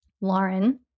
Lauren